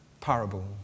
parable